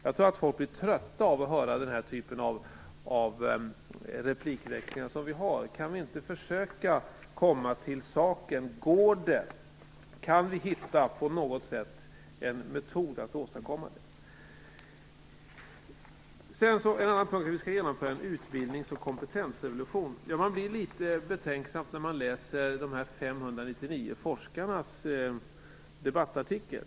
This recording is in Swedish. Jag tror att folk är trötta på att höra den typ av replikväxlingar som vi har. Kan vi inte försöka komma till saken? Kan vi på något sätt hitta en metod att åstadkomma detta? En annan punkt är att vi skall genomföra en utbildnings och kompetensrevolution. Men blir litet betänksam när man läser de 599 forskarnas debattartikel.